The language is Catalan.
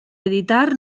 editar